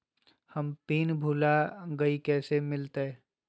हम पिन भूला गई, कैसे मिलते?